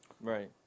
Right